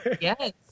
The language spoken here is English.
Yes